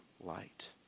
light